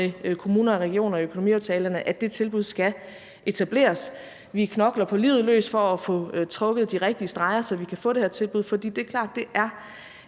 kommuner og regioner i økonomiaftalerne, at det tilbud skal etableres. Vi knokler på livet løs for at få trukket de rigtige streger, så vi kan få det her tilbud, for det er klart, at det er